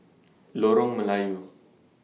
Lorong Melayu